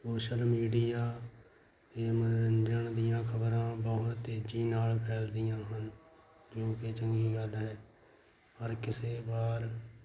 social media 'ਤੇ ਮਨੋਰੰਜਨ ਦੀਆਂ ਖਬਰਾਂ ਬਹੁਤ ਤੇਜ਼ੀ ਨਾਲ ਫੈਲਦੀਆਂ ਹਨ ਜੋ ਕਿ ਚੰਗੀ ਗੱਲ ਹੈ ਹਰ ਕਿਸੇ ਵਾਰ